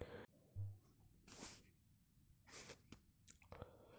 credit card payment देय तारीख तुमच्या क्रेडिट कार्ड स्टेटमेंट तारखेनंतर एकवीस दिवसांनी आहे